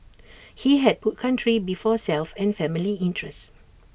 he had put country before self and family interest